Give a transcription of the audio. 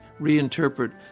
reinterpret